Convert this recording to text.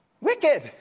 wicked